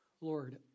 Lord